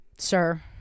sir